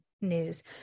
news